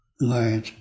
Right